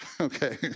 Okay